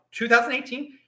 2018